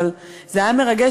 אבל זה היה מרגש,